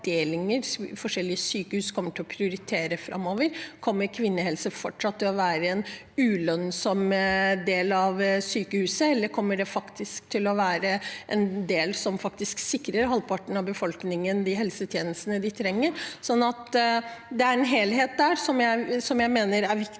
forskjellige sykehus kommer til å prioritere framover. Kommer kvinnehelse fortsatt til å være en ulønnsom del av sykehuset, eller kommer det til å være en del som faktisk sikrer halvparten av befolkningen de helsetjenestene de trenger? Så det er en helhet der som jeg mener er viktig.